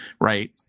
right